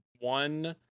one